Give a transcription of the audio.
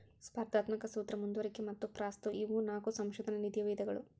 ಸ್ಪರ್ಧಾತ್ಮಕ ಸೂತ್ರ ಮುಂದುವರಿಕೆ ಮತ್ತ ಪಾಸ್ಥ್ರೂ ಇವು ನಾಕು ಸಂಶೋಧನಾ ನಿಧಿಯ ವಿಧಗಳು